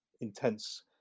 intense